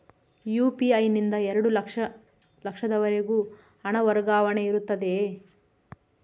UPI ನಿಂದ ಎರಡು ಲಕ್ಷದವರೆಗೂ ಹಣ ವರ್ಗಾವಣೆ ಇರುತ್ತದೆಯೇ?